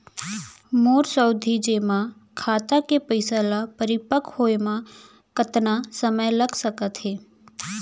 मोर सावधि जेमा खाता के पइसा ल परिपक्व होये म कतना समय लग सकत हे?